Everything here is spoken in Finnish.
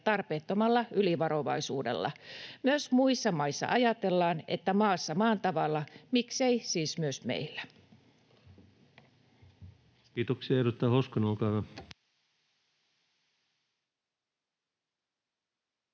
tarpeettomalla ylivarovaisuudella. Myös muissa maissa ajatellaan, että maassa maan tavalla, miksei siis myös meillä. [Speech